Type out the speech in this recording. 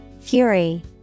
Fury